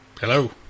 Hello